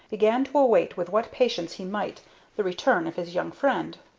began to await with what patience he might the return of his young friend.